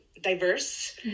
diverse